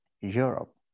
Europe